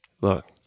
Look